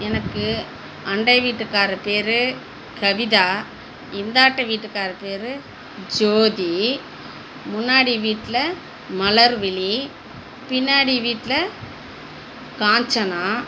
எனக்கு அண்டை வீட்டுக்காரு பேரு கவிதா இந்தாட்டு வீட்டுக்காரு பெரு ஜோதி முன்னாடி வீட்டில் மலர்விழி பின்னாடி வீட்டில் காஞ்சனா